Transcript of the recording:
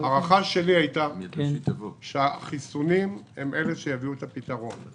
הערכתי שהחיסונים יביאו את הפתרון.